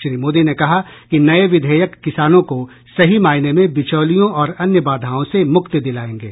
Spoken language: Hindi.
श्री मोदी ने कहा कि नये विधेयक किसानों को सही मायने में बिचौलियों और अन्य बाधाओं से मुक्ति दिलाएंगे